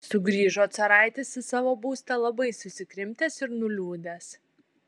sugrįžo caraitis į savo būstą labai susikrimtęs ir nuliūdęs